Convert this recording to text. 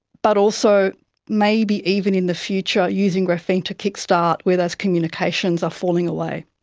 but also maybe even in the future using graphene to kick-start where those communications are falling away.